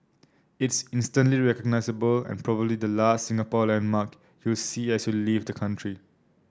it's instantly recognisable and probably the last Singapore landmark you'll see as you leave the country